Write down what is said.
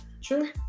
Sure